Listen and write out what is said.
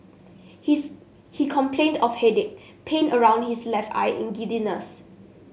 his he complained of headache pain around his left eye and giddiness